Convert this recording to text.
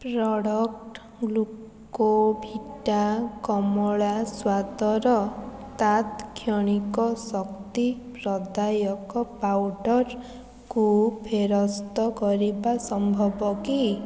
product Glucovita କମଳା ସ୍ୱାଦର ତତ୍କ୍ଷଣିକ ଶକ୍ତି ପ୍ରଦାୟକ ପାଉଡ଼ର୍ କୁ ଫେରସ୍ତ କରିବା ସମ୍ଭବ କି